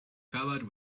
covered